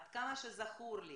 עד כמה שזכור לי